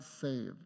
saved